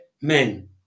men